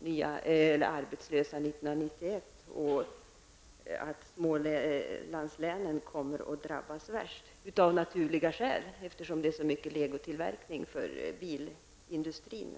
kommer att vara arbetslösa 1991 och att Smålandslänen kommer att drabbas värst. Detta är naturligt, eftersom det där finns så mycket legotillverkning för bilindustrin.